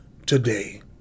today